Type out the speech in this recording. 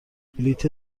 بلیت